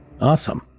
Awesome